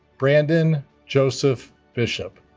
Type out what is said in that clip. brandon joseph bishop